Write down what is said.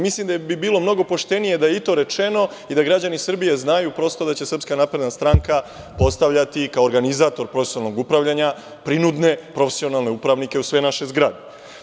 Mislim da bi bilo mnogo poštenije da je i to rečeno i da građani Srbije znaju da će SNS postavljati, kao organizator profesionalnog upravljanja, prinudne profesionalne upravnike u sve naše zgrade.